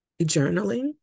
journaling